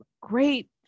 great